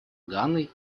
ганой